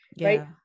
Right